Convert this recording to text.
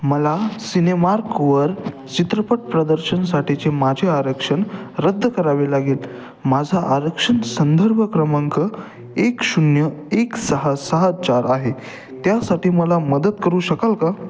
मला सिनेमार्कवर चित्रपट प्रदर्शनासाठीचे माझे आरक्षण रद्द करावे लागेल माझा आरक्षण संदर्भ क्रमांक एक शून्य एक सहा सहा चार आहे त्यासाठी मला मदत करू शकाल का